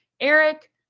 Eric